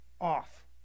off